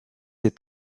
est